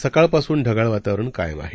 सकाळपासून ढगाळ वातावरण कायम आहे